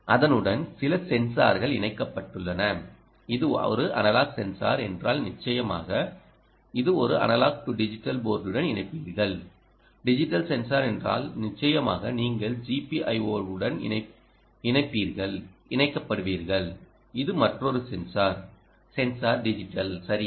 அதனுடன் சில சென்சார்கள் இணைக்கப்பட்டுள்ளன இது ஒரு அனலாக் சென்சார் என்றால் நிச்சயமாக இது ஒரு அனலாக் டூ டிஜிட்டல் போர்ட்டுடன் இணைப்பீர்கள் டிஜிட்டல் சென்சார் என்றால் நிச்சயமாக நீங்கள் GPIO உடன் இணைப்பீர்கள் இணைக்கப்படுவீர்கள் இது மற்றொரு சென்சார் சென்சார் டிஜிட்டல் சரியா